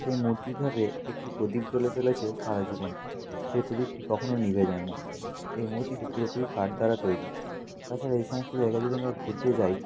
সেই মূর্তির ধাপে একটি প্রদীপ জ্বলে চলেছে সারা জীবন সেই প্রদীপটি কখনো নিভে যায় না এই মূর্তিটি পুরোপুরি কাঠ দ্বারা তৈরি তাছাড়া এই সমস্ত জায়গায় যদি আমরা ঘুরতে যাই